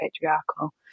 patriarchal